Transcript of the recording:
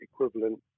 equivalent